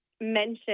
mention